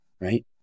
right